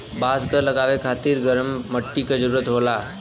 बांस क लगावे खातिर गरम मट्टी क जरूरत होला